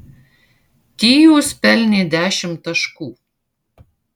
tyus pelnė dešimt taškų